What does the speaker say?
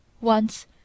Once